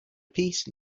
peace